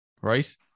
right